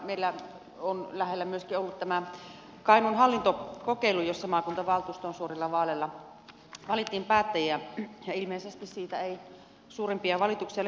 meillä on lähellä myöskin ollut tämä kainuun hallintokokeilu jossa maakuntavaltuustoon suorilla vaaleilla valittiin päättäjiä ja ilmeisesti siitä ei suurempia valituksia ole tullut